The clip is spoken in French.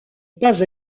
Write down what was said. pas